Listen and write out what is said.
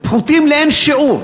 פחותים לאין שיעור,